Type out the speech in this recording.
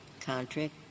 contract